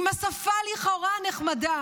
עם השפה הלכאורה-נחמדה,